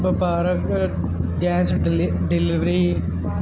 ਵਪਾਰਕ ਗੈਸ ਡਿਲ ਜਿਲੀਵਰੀ